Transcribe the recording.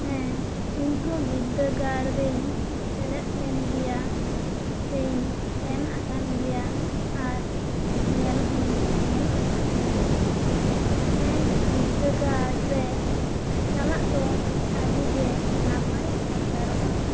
ᱦᱮᱸ ᱤᱧ ᱦᱚᱸ ᱵᱤᱫᱽᱫᱟᱹᱜᱟᱲ ᱨᱮᱧ ᱥᱮᱞᱮᱫ ᱞᱮᱱ ᱜᱮᱭᱟ ᱥᱮᱧ ᱥᱮᱱ ᱟᱠᱟᱱ ᱜᱮᱭᱟ ᱟᱨ ᱧᱮᱞ ᱦᱚᱸᱧ ᱧᱮᱞ ᱟᱠᱟᱜ ᱜᱮᱭᱟ ᱦᱮᱸ ᱵᱤᱫᱽᱫᱟᱹᱜᱟᱲ ᱨᱮ ᱪᱟᱞᱟᱜ ᱫᱚ ᱟᱹᱰᱤᱜᱮ ᱱᱟᱯᱟᱭ ᱟᱴᱠᱟᱨᱚᱜᱼᱟ